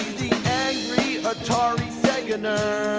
angry atari sega nerd,